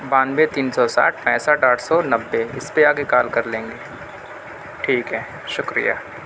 بانوے تین سو ساٹھ پینسٹھ آٹھ سو نبھے اِس پہ آ کے کال کر لیں گے ٹھیک ہے شکریہ